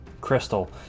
crystal